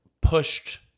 pushed